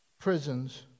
prisons